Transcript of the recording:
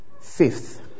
Fifth